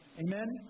Amen